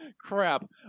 Crap